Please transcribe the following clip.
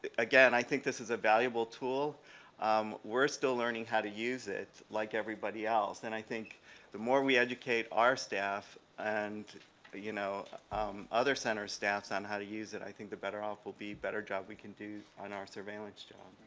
again i think this is a valuable tool we're still learning how to use it like everybody else and i think the more we educate our staff and you know other center staffs on how to use it i think the better off we'll be better job we can do on our surveillance jobs.